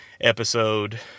episode